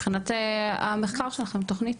מבחינת המחקר שלכם תוכנית.